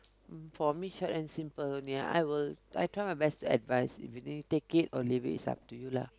for me short and simple only ah I will I try my best to advise if you take it or leave it it's up to you lah